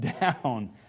down